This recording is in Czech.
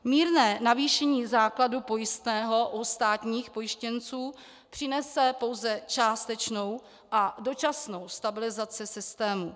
Mírné navýšení základu pojistného u státních pojištěnců přinese pouze částečnou a dočasnou stabilizaci systému.